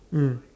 mm